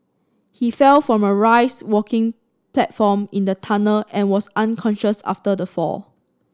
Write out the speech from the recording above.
he fell from a raised working platform in the tunnel and was unconscious after the fall